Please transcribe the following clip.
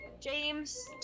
James